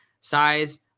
Size